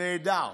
נהדר.